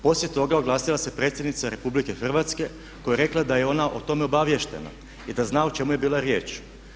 Poslije toga oglasila se predsjednica RH koja je rekla da je ona o tome obavještena i da zna o čemu je bila riječ.